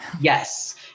Yes